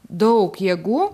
daug jėgų